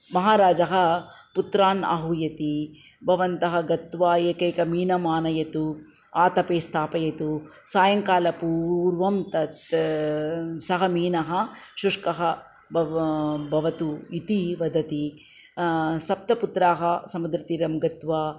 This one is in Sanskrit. महाराजः पुत्रान् आहूयति भवन्तः गत्वा एकेकं मीनम् आनयतु आतपे स्थापयतु सायङ्कालपूर्वं ततः सः मीनः शुष्कः भवतु भवतु इति वदति सप्तपुत्राः समुद्रतीरं गत्वा